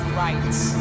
rights